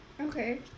Okay